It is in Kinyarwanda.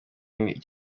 yiga